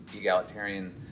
egalitarian